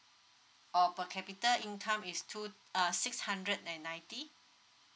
or per capita is two uh six hundred and ninety